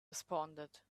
responded